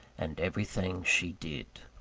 and everything she did.